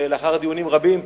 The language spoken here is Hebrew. לאחר דיונים רבים,